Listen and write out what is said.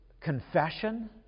confession